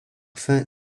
faim